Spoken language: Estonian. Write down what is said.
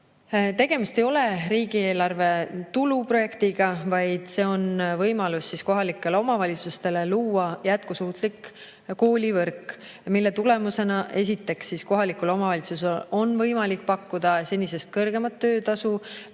Tegemist ei ole riigieelarve tuluprojektiga, vaid see on võimalus kohalikele omavalitsustele luua jätkusuutlik koolivõrk. Selle tulemusena, esiteks, kohalikul omavalitsusel on võimalik pakkuda senisest kõrgemat töötasu